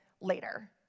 later